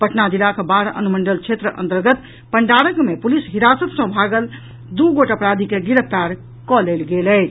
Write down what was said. पटना जिलाक बाढ़ अनुमंडल क्षेत्र अन्तर्गत पंडारक मे पुलिस हिरासत सँ फरार दू गोट अपराधी के गिरफ्तार कऽ लेल गेल अछि